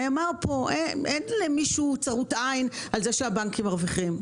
נאמר פה כבר שאין למישהו צרות עין על זה שהבנקים מרוויחים.